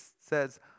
says